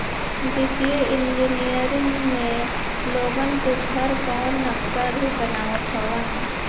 वित्तीय इंजनियर में लोगन के घर कअ नक्सा भी बनावत हवन